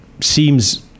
seems